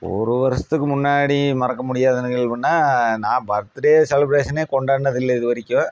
ஒரு வருஷத்துக்கு முன்னாடி மறக்க முடியாத நிகழ்வுன்னா நான் பர்த்துடே செலிபிரேசன்னே கொண்டாடுனது இல்லை இது வரைக்கும்